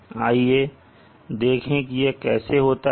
आइए देखें कि यह कैसे होता है